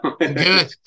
Good